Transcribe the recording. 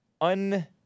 un